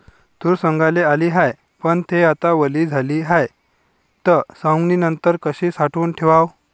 तूर सवंगाले आली हाये, पन थे आता वली झाली हाये, त सवंगनीनंतर कशी साठवून ठेवाव?